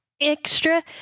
extra